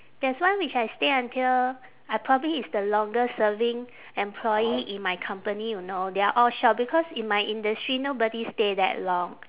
there's one which I stay until I probably is the longest serving employee in my company you know they are all shock because in my industry nobody stay that long